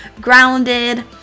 grounded